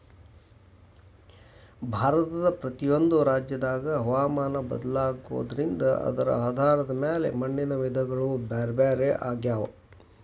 ಭಾರತದ ಪ್ರತಿಯೊಂದು ರಾಜ್ಯದಾಗಿನ ಹವಾಮಾನ ಬದಲಾಗೋದ್ರಿಂದ ಅದರ ಆಧಾರದ ಮ್ಯಾಲೆ ಮಣ್ಣಿನ ವಿಧಗಳು ಬ್ಯಾರ್ಬ್ಯಾರೇ ಆಗ್ತಾವ